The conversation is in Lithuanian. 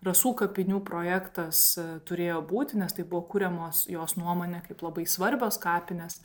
rasų kapinių projektas turėjo būti nes tai buvo kuriamos jos nuomone kaip labai svarbios kapinės